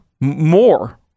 more